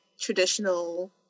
traditional